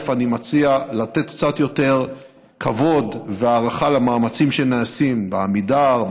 אני מציע לתת קצת יותר כבוד והערכה למאמצים שנעשים בעמידר,